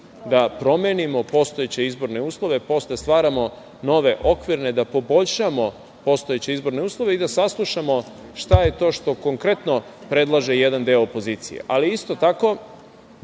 da promenimo postojeće izborne uslove, da stvaramo nove okvire, da poboljšamo postojeće izborne uslove i da saslušamo šta je to što konkretno predlaže jedan deo opozicije, ali isto tako